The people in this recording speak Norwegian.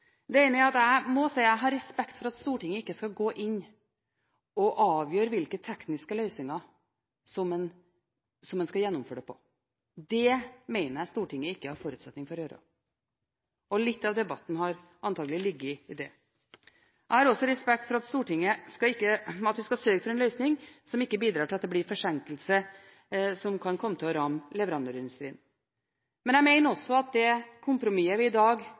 Det ene er at jeg har respekt for at Stortinget ikke skal gå inn og avgjøre hvilke tekniske løsninger en skal gjennomføre det med. Det mener jeg at Stortinget ikke har forutsetninger for å gjøre. Litt av debatten har antakelig ligget i det. Jeg har også respekt for at Stortinget skal sørge for en løsning som ikke bidrar til at det blir forsinkelser som kan komme til å ramme leverandørindustrien. Men jeg mener også at det kompromisset vi i dag